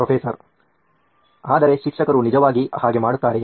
professor ಆದರೆ ಶಿಕ್ಷಕರು ನಿಜವಾಗಿ ಹಾಗೆ ಮಾಡುತ್ತಾರೆಯೇ